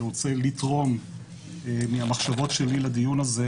אני רוצה לתרום מהמחשבות שלי לדיון הזה,